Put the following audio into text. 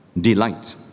delight